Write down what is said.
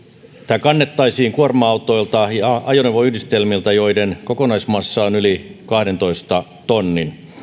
tämä kannettaisiin kuorma autoilta ja ajoneuvoyhdistelmiltä joiden kokonaismassa on yli kahdentoista tonnin